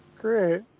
Great